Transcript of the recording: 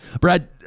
Brad